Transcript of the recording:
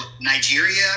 Nigeria